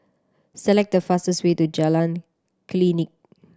select the fastest way to Jalan Klinik